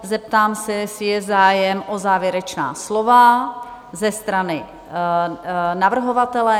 Zeptám se, jestli je zájem o závěrečná slova ze strany navrhovatele?